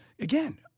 again